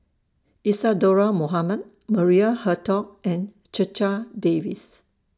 Isadhora Mohamed Maria Hertogh and Checha Davies